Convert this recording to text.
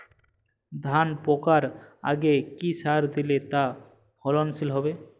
ধান পাকার আগে কি সার দিলে তা ফলনশীল হবে?